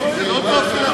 לא, זה לא דופי.